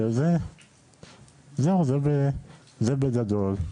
זהו, זה בגדול.